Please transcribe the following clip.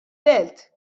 belt